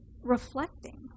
reflecting